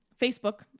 Facebook